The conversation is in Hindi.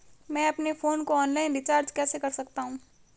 मैं अपने फोन को ऑनलाइन रीचार्ज कैसे कर सकता हूं?